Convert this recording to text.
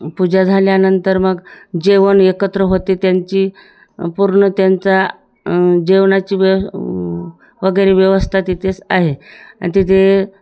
पूजा झाल्यानंतर मग जेवण एकत्र होते त्यांची पूर्ण त्यांचा जेवणाची व्यव वगैरे व्यवस्था तिथेच आहे आणि तिथे